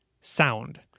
sound